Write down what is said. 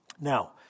Now